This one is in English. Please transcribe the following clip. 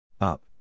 Up